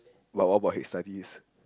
but what about his studies